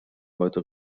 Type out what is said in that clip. heute